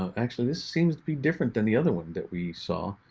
actually, this seems to be different than the other one that we saw.